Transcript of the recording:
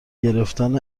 گرفتن